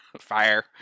Fire